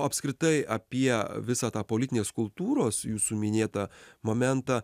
apskritai apie visą tą politinės kultūros jūsų minėtą momentą